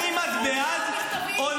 נו, רון.